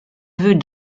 veut